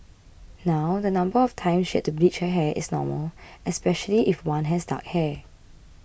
now the number of times she had to bleach her hair is normal especially if one has dark hair